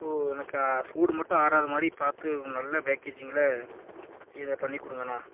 so எனக்கு சூடு மட்டும் ஆறாத மாதிரி பார்த்து நல்ல பேக்கேஜிங்கில் இதை பண்ணி கொடுங்கண்ணா